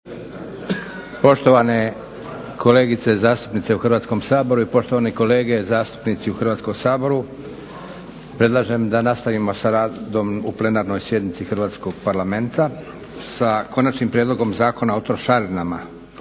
Poštovane kolegice zastupnice u Hrvatskom saboru i poštovane kolege zastupnici u Hrvatskom saboru. Predlažem da nastavimo sa radom u plenarnoj sjednici Hrvatskog parlamenta sa 4. Prijedlog zakona o trošarinama,